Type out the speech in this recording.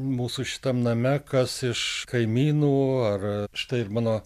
mūsų šitam name kas iš kaimynų ar štai mano